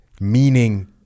Meaning